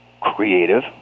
creative